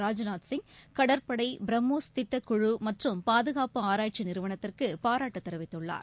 ராஜ்நாத் சிங் கடற்படை பிரம்மோஸ் திட்டக்குழுமற்றும் பாதுகாப்பு ஆராய்ச்சிநிறுவனத்திற்குபாராட்டுதெரிவித்துள்ளார்